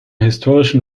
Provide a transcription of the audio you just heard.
historischen